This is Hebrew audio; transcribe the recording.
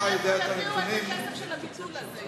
מאיפה יביאו את הכסף לביטול של זה,